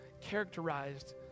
characterized